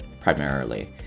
primarily